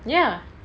ya